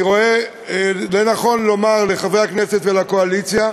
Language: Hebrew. אני רואה לנכון לומר לחברי הכנסת ולקואליציה,